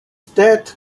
death